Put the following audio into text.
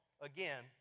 Again